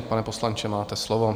Pane poslanče, máte slovo.